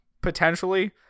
potentially